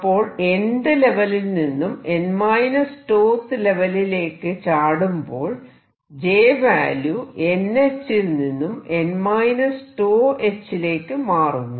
അപ്പോൾ nth ലെവലിൽ നിന്നും n τth ലെവെലിലേക്കു ചാടുമ്പോൾ J വാല്യൂ nh ൽ നിന്നും n τh ലേക്ക് മാറുന്നു